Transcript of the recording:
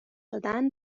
دادن